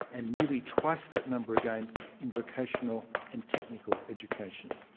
and nearly twice that number again in vocational and technical education.